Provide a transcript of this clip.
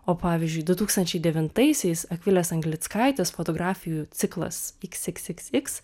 o pavyzdžiui du tūkstančiai devintaisiais akvilės anglickaitės fotografijų ciklas iks iks iks iks